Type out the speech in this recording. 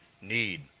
need